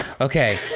okay